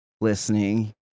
listening